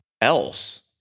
else